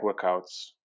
workouts